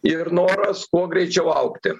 ir noras kuo greičiau augti